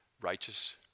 righteous